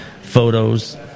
photos